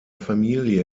familie